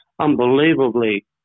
unbelievably